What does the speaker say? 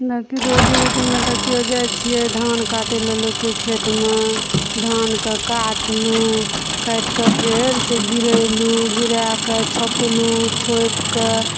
हमरा अरके रोजी रोटीमे देखियौ जाइ छियै धान काटै लए लोकके खेतमे धानके काटलहुँ काटिके फेरसँ गीरेलहुँ गीरैकऽ छोपलहुँ छोपिके